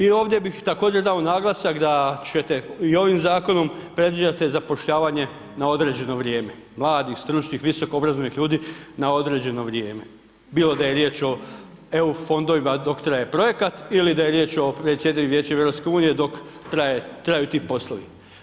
I ovdje bih također dao naglasak da ćete i ovim zakonom predviđate zapošljavanje na određeno vrijeme, mladih, stručnih, visoko obrazovanih ljudi na određeno vrijeme, bilo da je riječ o EU fondovima dok traje projekat ili da je riječ o predsjedanju Vijećem EU dok traje, traju ti poslovi.